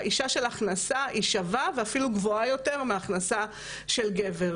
ההכנסה של האישה היא שווה ואפילו גבוהה יותר מההכנסה של גבר.